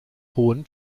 hohen